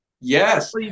yes